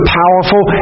powerful